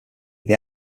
they